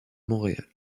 montréal